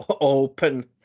open